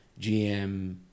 GM